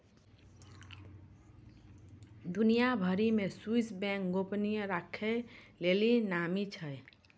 दुनिया भरि मे स्वीश बैंक गोपनीयता राखै के लेली नामी छै